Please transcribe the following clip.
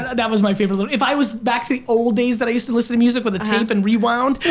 and that was my favorite. if i was back to the old days that i used to listen to music with a tape and rewound,